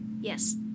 Yes